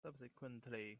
subsequently